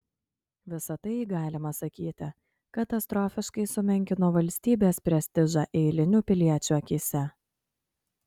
visa tai galima sakyti katastrofiškai sumenkino valstybės prestižą eilinių piliečių akyse